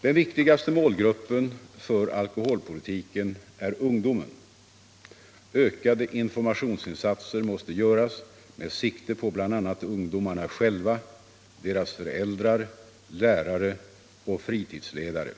Den viktigaste målgruppen för alkoholpolitiken är ungdomen. Ökade informationsinsatser måste göras med sikte på bl.a. ungdomarna själva, deras föräldrar, lärare och fritidsledare.